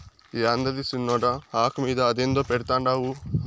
యాందది సిన్నోడా, ఆకు మీద అదేందో పెడ్తండావు